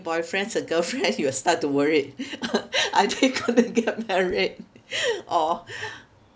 boyfriends or girlfriend you will start to worried are they gonna get married or